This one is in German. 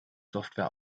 software